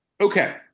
Okay